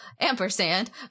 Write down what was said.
ampersand